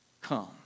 come